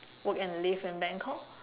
work and live in bangkok